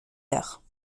heures